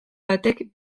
batek